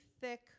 thick